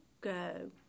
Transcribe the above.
go